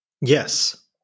Yes